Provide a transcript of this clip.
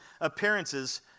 appearances